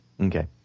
Okay